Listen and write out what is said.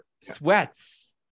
sweats